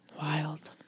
Wild